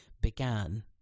began